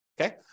Okay